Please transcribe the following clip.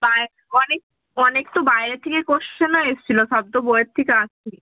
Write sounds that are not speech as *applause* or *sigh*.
*unintelligible* অনেক অনেক তো বাইরে থেকে কোশ্চেনও এসছিল সব তো বইয়ের থেকে আসেনি